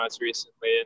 recently